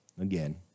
again